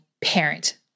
parent